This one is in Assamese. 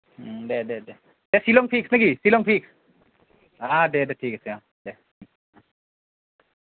দে দে দে তে শ্বিলং ফিক্স নেকি শ্বিলং ফিক্স অঁ দে দে ঠিক আছে অঁ দে অঁ